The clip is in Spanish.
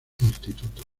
institutos